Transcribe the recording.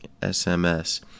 SMS